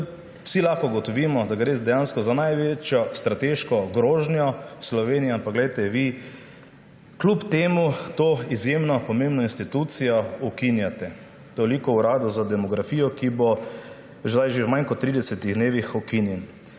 Vsi lahko ugotovimo, da gre dejansko za največjo strateško grožnjo Sloveniji, vi pa kljub temu to izjemno pomembno institucijo ukinjate. Toliko o Uradu za demografijo, ki bo v zdaj že manj kot 30 dneh ukinjen.